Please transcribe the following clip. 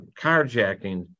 carjacking